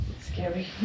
Scary